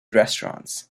restaurants